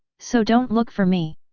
so don't look for me!